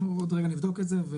אנחנו עוד רגע נבדוק את זה.